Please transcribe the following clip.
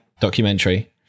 documentary